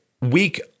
weak